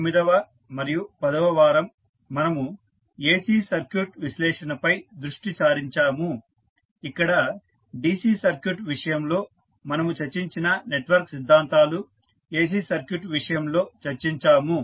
9వ మరియు 10వ వారం మనము AC సర్క్యూట్ విశ్లేషణపై దృష్టి సారించాము ఇక్కడ DC సర్క్యూట్ విషయంలో మనము చర్చించిన నెట్వర్క్ సిద్ధాంతాలు AC సర్క్యూట్ విషయంలో చర్చించాము